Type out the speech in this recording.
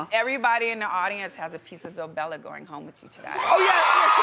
everybody in the audience has a piece of zobela going home with you today. oh yeah.